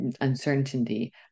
uncertainty